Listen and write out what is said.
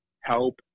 help